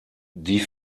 die